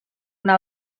una